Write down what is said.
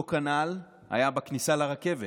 אותו כנ"ל היה בכניסה לרכבת.